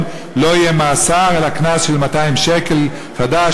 לא תהיה מאסר אלא קנס של 200 שקל חדש,